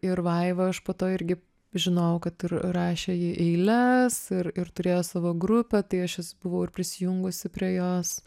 ir vaiva aš po to irgi žinojau kad ir rašė ji eiles ir ir turėjo savo grupę tai aš jas buvau ir prisijungusi prie jos